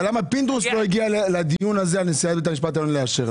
אבל למה פינדרוס לא הגיע לדיון הזה על נשיאת בית המשפט העליון לאשר לה,